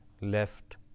left